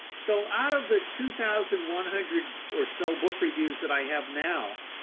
so out of the two thousand one hundred or so books reviews that i have now,